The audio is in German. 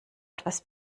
etwas